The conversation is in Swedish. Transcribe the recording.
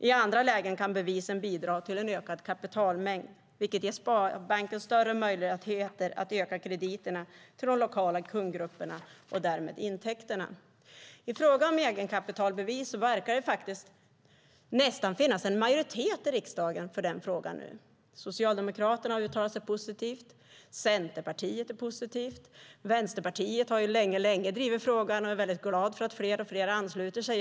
I andra lägen kan bevisen bidra till en ökad kapitalmängd, vilket ger Sparbanken större möjligheter att öka krediterna för de lokala kundgrupperna, och därmed intäkterna. Det verkar nästan finnas en majoritet i riksdagen för egenkapitalbevis. Socialdemokraterna har uttalat sig positivt. Centerpartiet är positivt. Vänsterpartiet har drivit frågan länge, och vi är glada för att fler och fler ansluter sig.